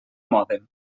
mòdem